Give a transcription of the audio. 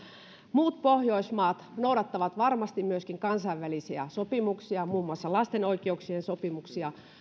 muut pohjoismaat noudattavat varmasti myöskin kansainvälisiä sopimuksia muun muassa lasten oikeuksien sopimuksia